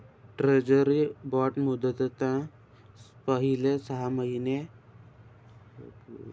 treasury bond मुदतना पहिले सहा महिना पहिले व्याज दि टाकण